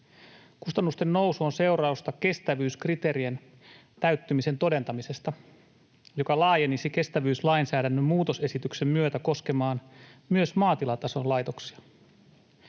Kustannusten nousu on seurausta kestävyyskriteerien täyttymisen todentamisesta, mikä laajenisi kestävyyslainsäädännön muutosesityksen myötä koskemaan myös maatilatason laitoksia.